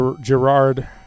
Gerard